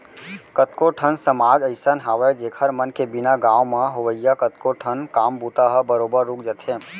कतको ठन समाज अइसन हावय जेखर मन के बिना गाँव म होवइया कतको ठन काम बूता ह बरोबर रुक जाथे